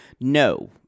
No